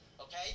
okay